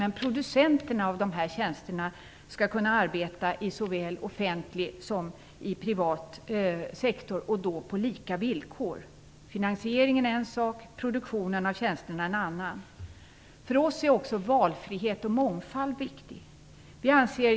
Men producenterna av de här tjänsterna skall kunna arbeta inom såväl offentlig som privat sektor, på lika villkor. Finansieringen är en sak och produktionen av tjänsterna en annan. För oss är också valfrihet och mångfald viktiga.